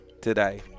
today